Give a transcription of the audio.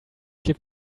give